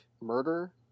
murder